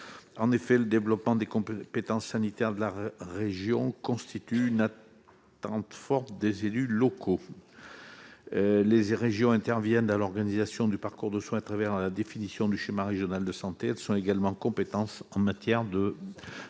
En effet, le développement des compétences sanitaires des régions constitue une attente forte des élus locaux. Les régions interviennent dans l'organisation du parcours de soins à travers la définition du schéma régional de santé. Elles sont également compétentes en matière de